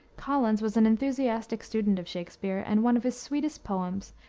collins was an enthusiastic student of shakspere, and one of his sweetest poems,